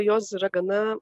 jos yra gana